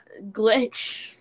glitch